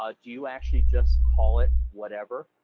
ah do you actually just call it whatever,